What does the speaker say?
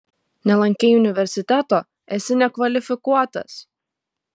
nelankei universiteto esi nekvalifikuotas